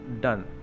Done